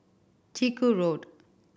Chiku Road